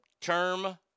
Term